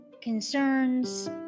concerns